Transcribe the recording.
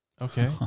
Okay